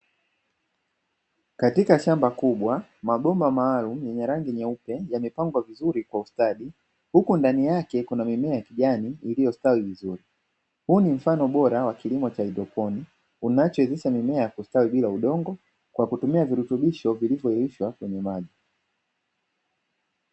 Katika shamba kubwa mabomba maalumu yenye rangi nyeupe yamepangwa vizuri kwa ustadi, huku ndani yake kuna mimea ya kijani iliyostawi vizuri. Huu ni mfano bora wa kilimo cha haidroponi kinachowezesha mimea kustawi bila udongo kwa kutumia virutubisho vilivyoyeyushwa kwenye maji.